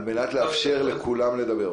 כדי לאפשר לכולם לדבר.